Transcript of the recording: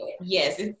Yes